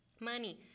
money